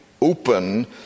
open